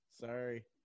Sorry